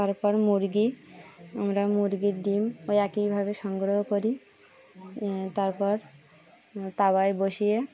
তারপর মুরগি আমরা মুরগির ডিম ওই একই ভাবে সংগ্রহ করি তারপর তাওয়ায় বসিয়ে